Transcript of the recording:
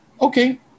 okay